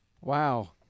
wow